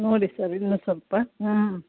ನೋಡಿ ಸರ್ ಇನ್ನೂ ಸ್ವಲ್ಪ ಹ್ಞೂ